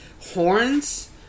horns